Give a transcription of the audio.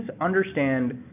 understand